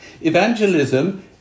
evangelism